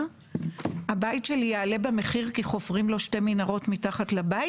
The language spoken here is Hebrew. מהתחנה הבית שלי יעלה במחיר כי חופרים לו שתי מנהרות מתחת לבית,